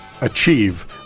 achieve